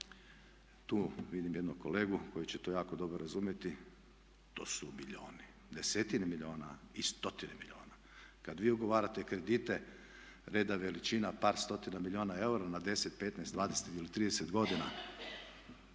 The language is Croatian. Tu vidim jednog kolegu koji će to jako dobro razumjeti, to su milijuni, desetine milijuna i stotine milijuna. Kada vi ugovarate kredite reda veličina par stotina milijuna eura na 10, 15, 20 ili 30 godina,